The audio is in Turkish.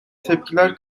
tepkiler